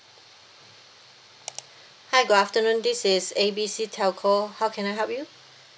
hi good afternoon this is A B C telco how can I help you